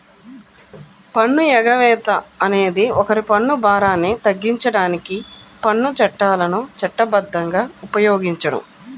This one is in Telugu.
పన్ను ఎగవేత అనేది ఒకరి పన్ను భారాన్ని తగ్గించడానికి పన్ను చట్టాలను చట్టబద్ధంగా ఉపయోగించడం